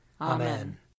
Amen